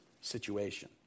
situation